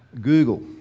Google